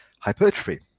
hypertrophy